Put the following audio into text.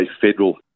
federal